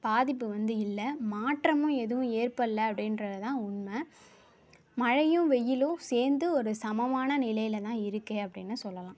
பாதிப்பு வந்து இல்லை மாற்றமும் எதுவும் ஏற்படலை அப்படின்றது தான் உண்மை மழையும் வெயிலும் சேர்ந்து ஒரு சமமான நிலையில் தான் இருக்குது அப்படின்னும் சொல்லலாம்